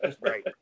Right